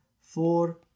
four